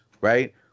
right